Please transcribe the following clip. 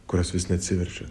kurios vis neatsiverčiat